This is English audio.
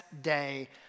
day